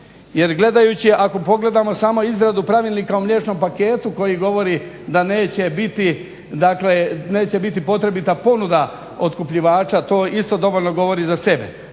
jer gledajući, ako pogledamo samo izradu pravilnika o mliječnom paketu koji govori da neće biti dakle neće biti potrebita ponuda otkupljivača to isto dovoljno govori za sebe.